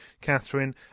Catherine